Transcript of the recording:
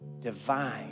divine